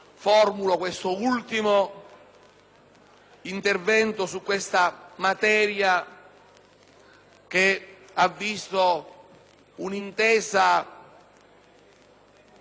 intervento su una materia, che ha visto un'intesa da